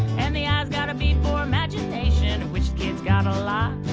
and the i's gotta be for imagination, which kids got a lot.